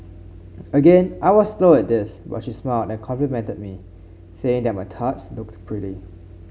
again I was slow at this but she smiled and complimented me saying that my tarts looked pretty